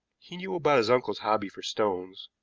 he knew about his uncle's hobby for stones,